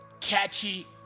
catchy